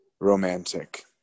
romantic